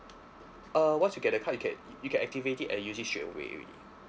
uh once you get the card you can you can activate it and use it straightaway already